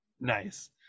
nice